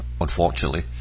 unfortunately